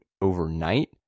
overnight